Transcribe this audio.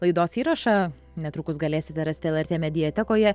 laidos įrašą netrukus galėsite rasti lrt mediatekoje